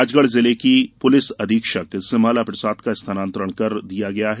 राजगढ़ जिले की पुलिस अधीक्षक सिमाला प्रसाद का स्थानांतरण कर दिया गया है